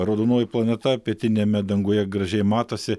raudonoji planeta pietiniame danguje gražiai matosi